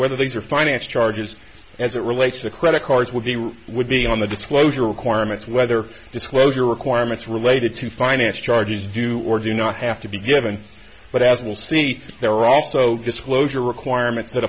whether these are finance charges as it relates to credit cards with the roof would be on the disclosure requirements whether disclosure requirements related to finance charges do or do not have to be given but as we'll see there are also disclosure requirements that